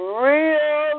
real